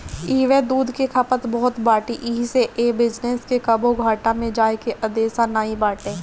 इहवा दूध के खपत बहुते बाटे एही से ए बिजनेस के कबो घाटा में जाए के अंदेशा नाई बाटे